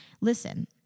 Listen